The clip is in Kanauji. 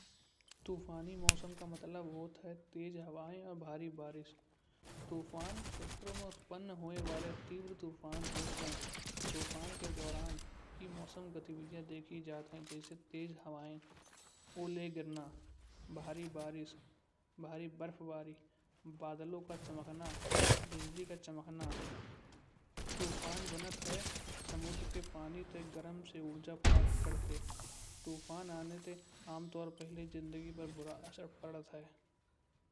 तूफानी मौसम का मतलब होत है। तेज़ हवाए और भारी बारिश। तूफान क्षेत्रों में उत्पन्न होने वाले तिव्र तूफान होत हैं। तूफान के दौरान ही मौसम गतिविधियाँ देखी जात हैं। जैसे तेज़ हवाए ओले गिरना, भारे बारिश। भारे बर्फबारी, बादलों का चमकना। बिजली का चमकना। तूफान बनत हे समुंद्र के पानी ते गरम से ऊर्जा प्राप्त करते। तूफान आने ते अमतौर पहले ही जिंदगी पर बुरा असर पड़त है।